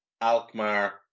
Alkmaar